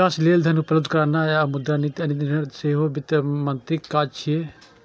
विकास लेल धन उपलब्ध कराना आ मुद्रा नीतिक निर्धारण सेहो वित्त मंत्रीक काज छियै